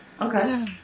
Okay